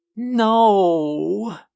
No